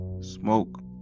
smoke